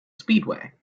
speedway